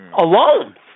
alone